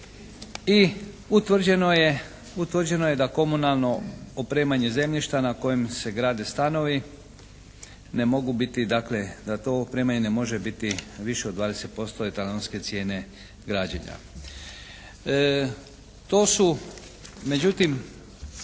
I utvrđeno je da komunalno opremanje zemljišta na kojem se grade stanovi ne mogu biti dakle da to opremanje ne može biti više od 20% etalonske cijene građenja. To su međutim